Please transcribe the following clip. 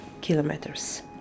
kilometers